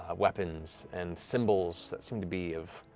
ah weapons, and symbols that seem to be of